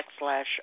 backslash